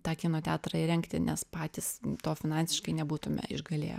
tą kino teatrą įrengti nes patys to finansiškai nebūtume išgalėję